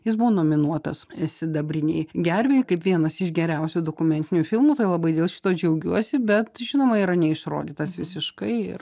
jis buvo nominuotas sidabrinei gervei kaip vienas iš geriausių dokumentinių filmų tai labai dėl šito džiaugiuosi bet žinoma yra neišrodytas visiškai ir